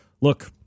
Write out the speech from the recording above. Look